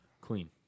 clean